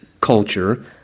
culture